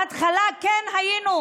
בהתחלה כן היינו,